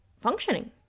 functioning